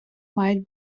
мають